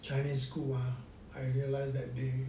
chinese school ah I realize that they